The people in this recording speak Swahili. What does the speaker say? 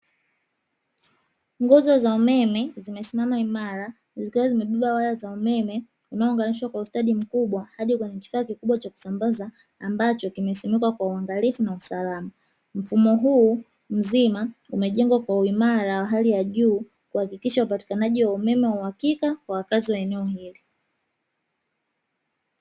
Nguzo za umeme zimesimama imara zikiwa zimebeba waya za umeme unaonganishwa kwa ustadi mkubwa hadi kwenye kifaa kikubwa cha kusambaza, ambacho kimesimikwa kwa uangalifu na usalama mfumo huu mzima umejengwa kwa uimara wa hali ya juu kuhakikisha upatikanaji wa umeme wa uhakika kwa wakazi wa eneo hili.